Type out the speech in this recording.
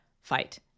fight